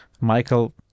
Michael